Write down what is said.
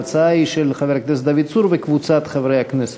ההצעה היא של חבר הכנסת דוד צור וקבוצת חברי הכנסת.